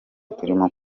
turimo